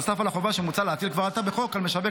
נוסף על החובה שמוצע להטיל כבר עתה בחוק על משווק